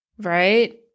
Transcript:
right